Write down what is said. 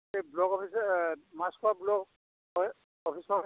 এই block office Machkhowa block হয় অফিচৰ